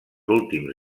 últims